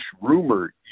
rumor